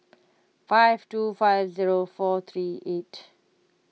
five two five zero four three eight